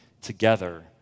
together